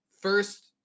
First